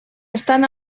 estan